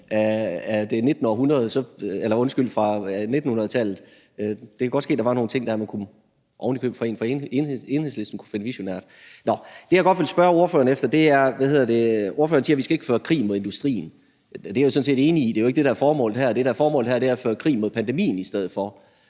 af 1900-tallet. Det kan godt være, at der var nogle ting der, som ovenikøbet en fra Enhedslisten kunne finde visionære. Det, jeg godt vil spørge ordføreren efter, er, når ordføreren siger, at vi ikke skal føre krig mod industrien. Det er jeg sådan set enig i. Det er jo ikke det, der er formålet her. Det, der er formålet her, er at føre krig mod pandemien i stedet for.